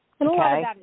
Okay